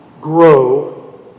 grow